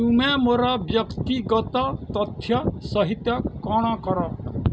ତୁମେ ମୋର ବ୍ୟକ୍ତିଗତ ତଥ୍ୟ ସହିତ କ'ଣ କର